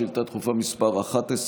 שאילתה דחופה מס' 11,